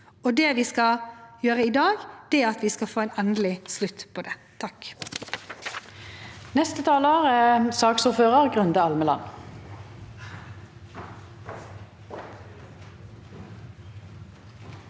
vi skal få en endelig slutt på det.